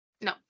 No